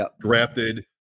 Drafted